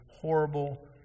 horrible